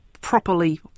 properly